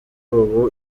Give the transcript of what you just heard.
ubu